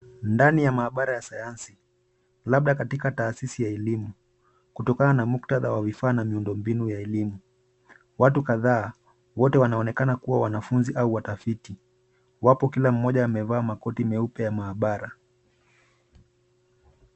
Ndani ya maabara ya sayansi, labda katika taasisi ya elimu, kutokana na muktadha wa vifaa na miundombinu ya kielimu, kuna watu kadhaa wanaoonekana kuwa wanafunzi au watafiti. Wote wamevaa makoti meupe ya maabara.